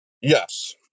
Yes